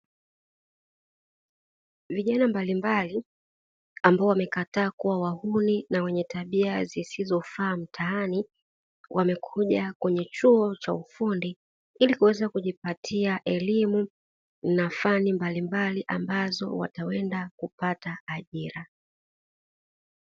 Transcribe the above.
Vijana mbalimbali ambao wamekataa kuwa wahuni na wenye tabia zisizofaa mtaani, wamekuja kwenye chuo cha ufundi ili kuweza kujipatia elimu na fani mbalimbali ambazo wataenda kupata ajira.